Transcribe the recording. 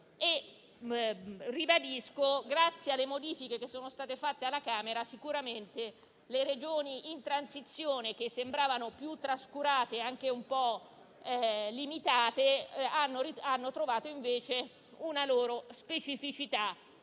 grazie alle modifiche apportate alla Camera, sicuramente le Regioni in transizione, che sembravano più trascurate e anche in parte limitate, hanno trovato invece una loro specificità